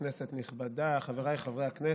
כנסת נכבדה, חבריי חברי הכנסת,